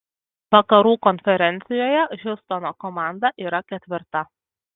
vakarų konferencijoje hjustono komanda yra ketvirta